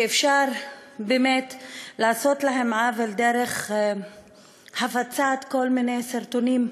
שאפשר באמת לעשות להם עוול דרך הפצת כל מיני סרטונים אינטימיים,